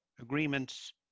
agreements